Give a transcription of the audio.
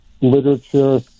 literature